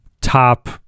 top